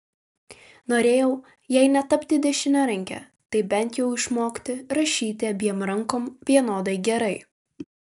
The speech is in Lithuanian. norėjau jei ne tapti dešiniaranke tai bent jau išmokti rašyti abiem rankom vienodai gerai